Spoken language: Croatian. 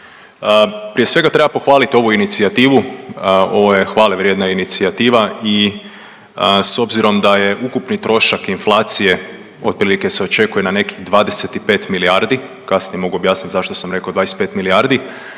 Prije svega treba pohvalit ovu inicijativu ovo je hvale vrijedna inicijativa i s obzirom da je ukupni trošak inflacije otprilike se očekuje na nekih 25 milijardi, kasnije mogu objasnit zašto sam rekao 25 milijardi,